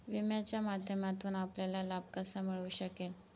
विम्याच्या माध्यमातून आपल्याला लाभ कसा मिळू शकेल?